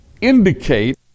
indicate